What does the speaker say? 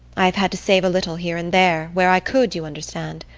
i have had to save a little here and there, where i could, you understand.